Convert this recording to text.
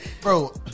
Bro